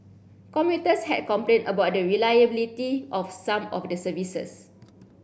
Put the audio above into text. commuters had complained about the reliability of some of the services